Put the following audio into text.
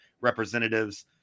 representatives